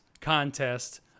contest